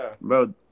Bro